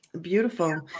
Beautiful